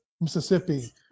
Mississippi